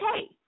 okay